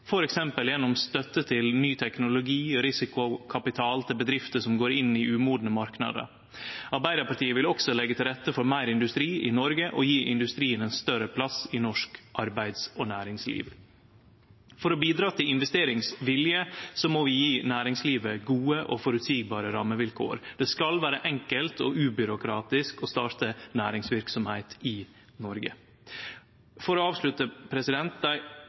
gjennom støtte til ny teknologi og risikokapital til bedrifter som går inn i umodne marknader. Arbeidarpartiet vil også leggje til rette for meir industri i Noreg og gje industrien større plass i norsk arbeids- og næringsliv. For å bidra til investeringsvilje må vi gje næringslivet gode og føreseielege rammevilkår. Det skal vere enkelt og ubyråkratisk å starte næringsverksemd i Noreg. For å avslutte: Dei